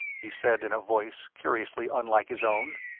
he said, in a voice curiously unlike his own.